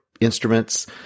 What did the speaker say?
instruments